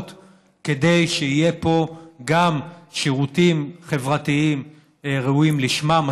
כדי שיהיו פה גם שירותים חברתיים ראויים לשמם,